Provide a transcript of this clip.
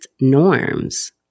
norms